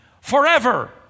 forever